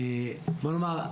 בוא נאמר,